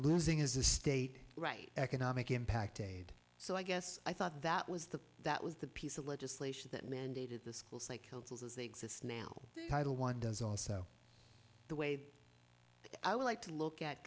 losing is a state right economic impact aid so i guess i thought that was the that was the piece of legislation that mandated the schools like hills as they exist now title one does also the way i would like to look at